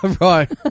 Right